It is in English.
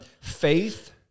faith